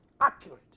accurate